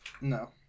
No